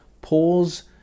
Pause